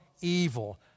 evil